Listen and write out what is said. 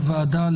שלהם.